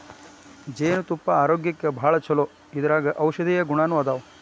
ಜೇನತುಪ್ಪಾ ಆರೋಗ್ಯಕ್ಕ ಭಾಳ ಚುಲೊ ಇದರಾಗ ಔಷದೇಯ ಗುಣಾನು ಅದಾವ